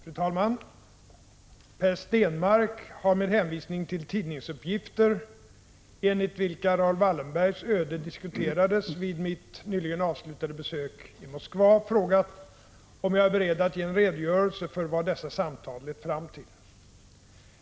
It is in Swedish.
Fru talman! Per Stenmarck har med hänvisning till tidningsuppgifter, enligt vilka Raoul Wallenbergs öde diskuterades vid mitt nyligen avslutade besök i Moskva, frågat om jag är beredd att ge en redogörelse för vad dessa samtal lett fram till.